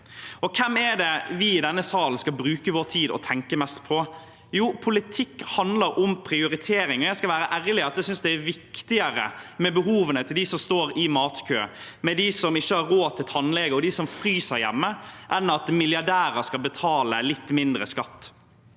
Hvem er det vi i denne salen skal bruke vår tid og tenke mest på? Politikk handler om prioriteringer. Jeg skal være ærlig: Jeg synes det er viktigere med behovene til dem som står i matkø, dem som ikke har råd til tannlege, og dem som fryser hjemme, enn at milliardærer skal betale litt mindre skatt.